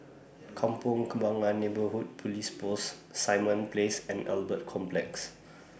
Kampong Kembangan Neighbourhood Police Post Simon Place and Albert Complex